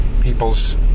people's